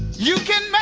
you can make